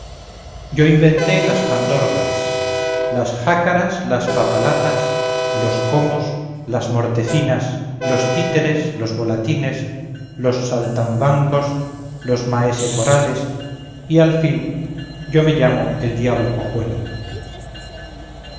las pandorgas las jácaras las papalatas los comos las mortecinas los títeres los volatines los saltambancos los maesecorales y al fin yo me llamo el diablo cojuelo